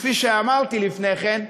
כפי שאמרתי לפני כן,